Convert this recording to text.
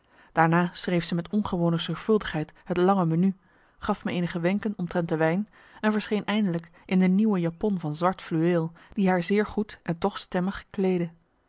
daarna schreef ze met ongewone zorgvuldigheid het lange menu gaf me eenige wenken omtrent de wijn en verscheen eindelijk in een nieuwe japon van zwart fluweel die haar zeer goed en toch stemmig